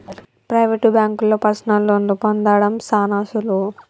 private బాంకుల్లో personal లోన్లు పొందడం సాన సులువు